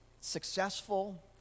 successful